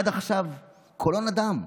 עד עכשיו קולו נדם.